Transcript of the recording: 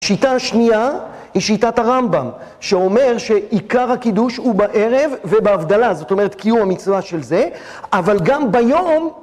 השיטה השנייה היא שיטת הרמב״ם, שאומר שעיקר הקידוש הוא בערב ובהבדלה, זאת אומרת קיום המצווה של זה, אבל גם ביום